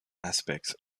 aspects